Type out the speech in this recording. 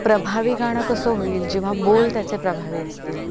प्रभावी गाणं कसं होईल जेव्हा बोल त्याचे प्रभावी असतील